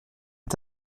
est